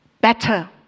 better